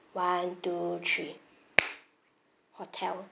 one two three hotel